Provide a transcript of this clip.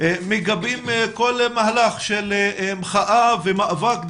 מגבים כל מהלך של מחאה ומאבק,